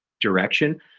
direction